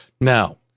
Now